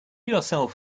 yourself